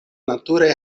naturaj